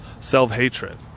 Self-hatred